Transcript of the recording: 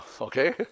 okay